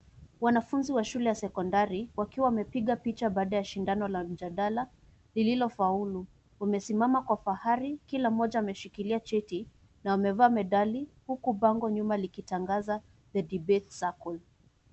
Wanafunzi wa shule ya sekondari wakiwamepiga picha baada ya shindano la mjadala lililofaulu umesimama kwa fahari kila moja ameshikilia cheti na amevaa medali huku bango nyuma likitangaza the debate circle.